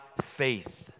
faith